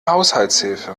haushaltshilfe